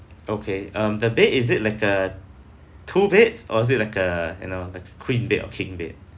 okay um the bed is it like a two beds or is it like a you know the queen bed or king bed